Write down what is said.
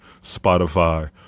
Spotify